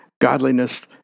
Godliness